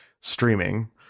streaming